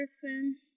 person